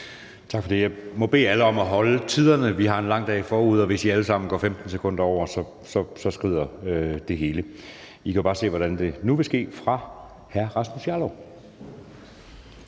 Tak for det. Jeg må bede alle om at overholde taletiderne. Vi har en lang dag forude, og hvis I alle sammen går 15 sekunder over, skrider det hele – I kan jo bare se, hvordan det nu vil ske for hr. Rasmus Jarlov.